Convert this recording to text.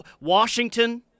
Washington